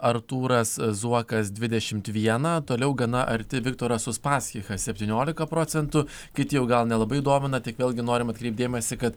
artūras zuokas dvidešimt vieną toliau gana arti viktoras uspaskichas septyniolika procentų kiti jau gal nelabai domina tik vėlgi norime atkreipt dėmesį kad